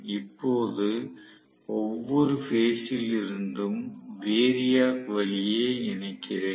இப்போது ஒவ்வொரு பேஸ் ல் இருந்தும் வேரியாக் வழியே இணைக்கிறேன்